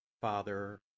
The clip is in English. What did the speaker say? Father